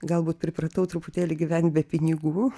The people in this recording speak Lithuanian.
galbūt pripratau truputėlį gyvent be pinigų